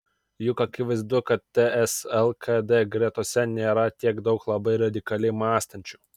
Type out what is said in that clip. juk akivaizdu kad ts lkd gretose nėra tiek daug labai radikaliai mąstančių